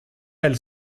elles